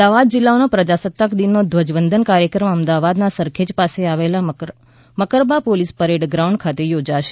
અમદાવાદ જિલ્લાનો પ્રજાસત્તાક દિનનો ધ્વજવંદન કાર્યક્રમ અમદાવાદના સરખેજ પાસે આવેલા મકરબા પોલીસ પરેડ ગ્રાઉન્ડ ખાતે યોજાશે